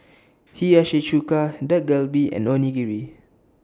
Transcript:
Hiyashi Chuka Dak Galbi and Onigiri